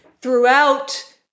throughout